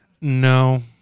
No